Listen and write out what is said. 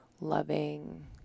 loving